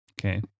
okay